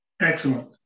Excellent